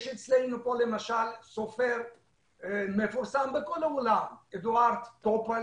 יש בינינו סופר מפורסם בכל העולם, אדוארד טופל